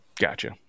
Gotcha